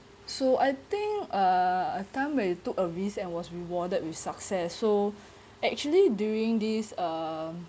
so I think uh a time when you took a risk and was rewarded with success so actually during these uh